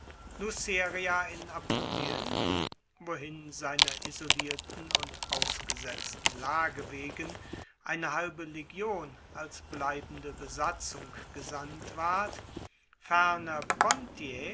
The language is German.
luceria in apulien wohin seiner isolierten und ausgesetzten lage wegen eine halbe legion als bleibende besatzung gesandt ward ferner